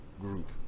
group